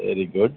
very good